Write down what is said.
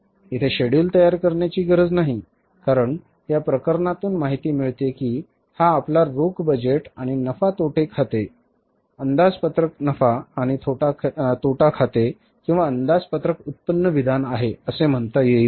इथे शेड्यूल तयार करण्याची गरज नाही कारण या प्रकरणातून माहिती मिळते की हा आपला रोख बजेट आणि नफा तोटा खाते अंदाजपत्रक नफा आणि तोटा खाते किंवा अंदाजपत्रक उत्पन्न विधान आहे असे म्हणता येईल